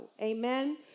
Amen